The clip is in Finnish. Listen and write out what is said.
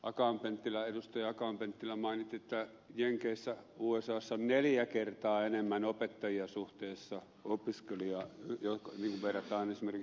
akaan penttilä mainitsi että usassa on neljä kertaa enemmän opettajia suhteessa opiskelijoihin kun verrataan esimerkiksi suomeen